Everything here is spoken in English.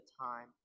time